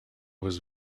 was